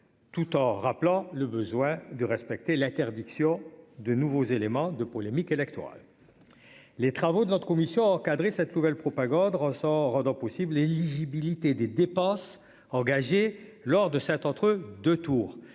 Tout en rappelant le besoin de respecter l'interdiction de nouveaux éléments de polémique électorale. Les travaux de notre commission encadrer cette nouvelle propagande ressort rendant possible l'éligibilité des dépenses engagées lors de cet entre 2 tours